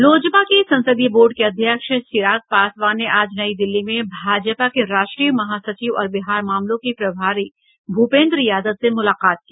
लोजपा के संसदीय बोर्ड के अध्यक्ष चिराग पासवान ने आज नई दिल्ली में भाजपा के राष्ट्रीय महासचिव और बिहार मामलों के प्रभारी भूपेन्द्र यादव से मूलाकात की